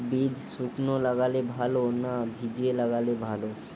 বীজ শুকনো লাগালে ভালো না ভিজিয়ে লাগালে ভালো?